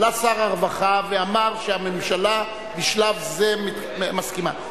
עלה שר הרווחה ואמר שהממשלה בשלב זה מסכימה.